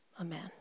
Amen